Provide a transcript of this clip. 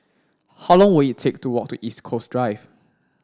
how long will it take to walk to East Coast Drive